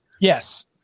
Yes